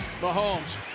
Mahomes